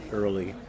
early